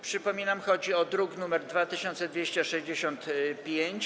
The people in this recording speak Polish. Przypominam, że chodzi o druk nr 2265.